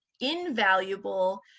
invaluable